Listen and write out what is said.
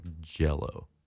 jello